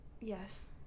Yes